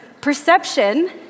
Perception